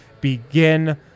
begin